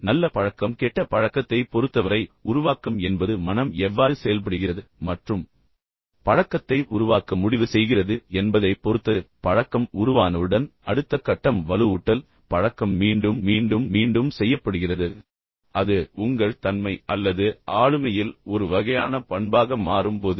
எனவே நல்ல பழக்கம் கெட்ட பழக்கத்தைப் பொறுத்தவரை உருவாக்கம் என்பது மனம் எவ்வாறு செயல்படுகிறது மற்றும் பழக்கத்தை உருவாக்க முடிவு செய்கிறது என்பதைப் பொறுத்தது பழக்கம் உருவானவுடன் அடுத்த கட்டம் வலுவூட்டல் பழக்கம் மீண்டும் மீண்டும் மீண்டும் செய்யப்படுகிறது அது உங்கள் தன்மை அல்லது ஆளுமையில் ஒரு வகையான பண்பாக மாறும் போது